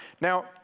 Now